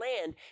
land